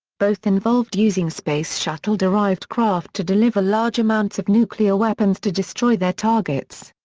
both involved using space shuttle-derived craft to deliver large amounts of nuclear weapons to destroy their targets.